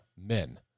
men